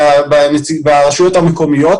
ברשויות המקומיות